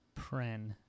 Pren